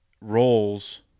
roles